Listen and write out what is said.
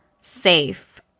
safe